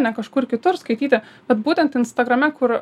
ne kažkur kitur skaityti bet būtent instagrame kur